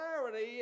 clarity